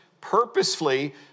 purposefully